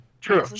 True